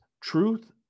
truth